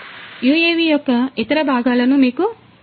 ఇప్పుడు యుఎవి యొక్క ఇతర భాగాలను మీకు చూపిస్తాను